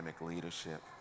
leadership